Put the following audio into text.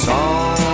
Song